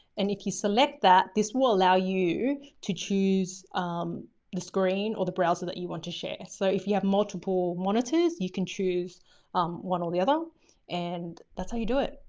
and if you select that, this will allow you to choose the screen or the browser that you want to share. so if you have multiple monitors, you can choose one or the other and that's how you do it.